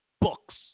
books